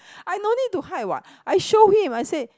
I no need to hide what I show him I said